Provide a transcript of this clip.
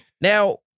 Now